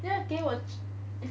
then 还给我